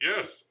Yes